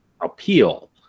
appeal